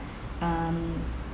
um